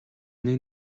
нэг